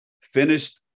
finished